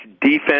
defense